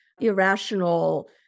irrational